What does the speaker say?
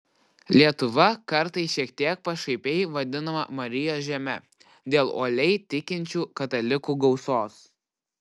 lietuva kartais šiek tiek pašaipiai vadinama marijos žeme dėl uoliai tikinčių katalikų gausos